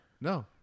no